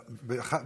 לא.